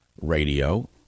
Radio